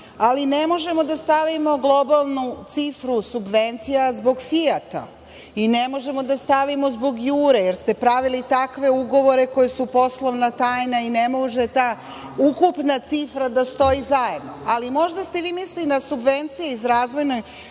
ali ne možemo da stavimo globalnu cifru subvencija zbog „Fijata“ i ne možemo da stavimo zbog „Jure“, jer ste pravili takve ugovore koji su poslovna tajna i ne može ta ukupna cifra da stoji zajedno. Možda ste vi mislili na subvencije iz „Razvojne